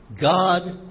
God